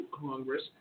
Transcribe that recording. Congress